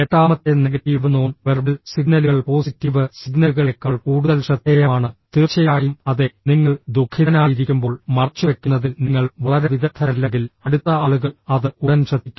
എട്ടാമത്തെ negative non verbal സിഗ്നലുകൾ positive സിഗ്നലുകളേക്കാൾ കൂടുതൽ ശ്രദ്ധേയമാണ് തീർച്ചയായും അതെ നിങ്ങൾ ദുഃഖിതനായിരിക്കുമ്പോൾ മറച്ചുവെക്കുന്നതിൽ നിങ്ങൾ വളരെ വിദഗ്ധരല്ലെങ്കിൽ അടുത്ത ആളുകൾ അത് ഉടൻ ശ്രദ്ധിക്കും